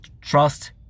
trust